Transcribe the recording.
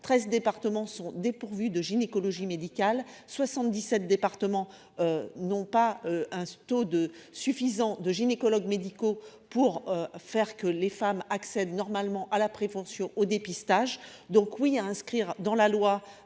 13 départements sont dépourvus de gynécologie médicale 77 départements non pas un taux de suffisant de gynécologues médicaux pour faire que les femmes accèdent normalement à la prévention, au dépistage, donc oui à inscrire dans la loi